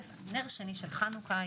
נר שני של חנוכה,